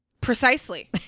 Precisely